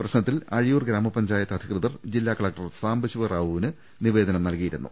പ്രശ്നത്തിൽ അഴിയൂർ ഗ്രാമപഞ്ചായത്ത് അധി കൃതർ ജില്ലാ കലക്ടർ സാമ്പശിപ റാവുവിന് നിവേദനം നൽകിയി രുന്നു